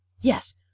yes